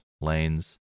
lanes